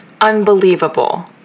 Unbelievable